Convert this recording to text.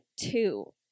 two